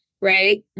right